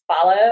follow